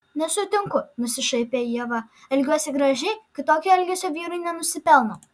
nesutinku nusišaipė ieva elgiuosi gražiai kitokio elgesio vyrai nenusipelno